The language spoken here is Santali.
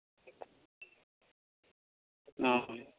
ᱚ